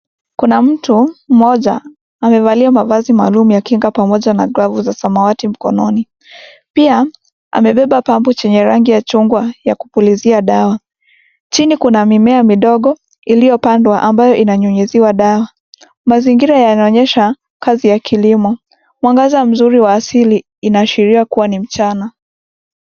Kuna mtu mmoja amevalia mavazi maalum ya kinga pamoja na glavu za samawati mkononi. Pia amebeba pampu chenye rangi ya chungwa ya kupulizia dawa. Chini kuna mimea midogo iliyopandwa, ambayo inanyunyiziwa dawa. Mazingira yanaonyesha kazi ya kilimo, mwangaza mzuri wa asili inaashiria kuwa ni mchana.